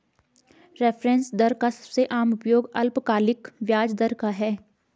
reference दर का सबसे आम उपयोग अल्पकालिक ब्याज दर का है